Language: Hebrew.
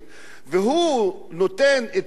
הוא נותן את כל התנאים,